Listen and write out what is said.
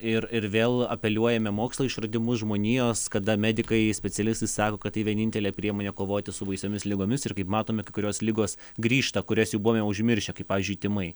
ir ir vėl apeliuojame mokslo išradimus žmonijos kada medikai specialistai sako kad tai vienintelė priemonė kovoti su baisiomis ligomis ir kaip matome kai kurios ligos grįžta kurias jau buvome užmiršę kaip pavyzdžiui tymai